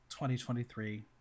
2023